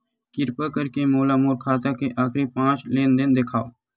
किरपा करके मोला मोर खाता के आखिरी पांच लेन देन देखाव